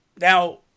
Now